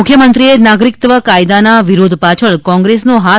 મુખ્યમંત્રીએ નાગરિકત્વ કાયદાના વિરોધ પાછળ કોંગ્રેસનો હાથ